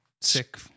sick